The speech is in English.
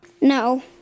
No